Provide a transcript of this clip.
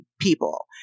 people